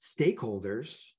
stakeholders